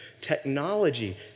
Technology